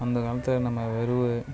அந்த காலத்தில் நம்ம வெறுவு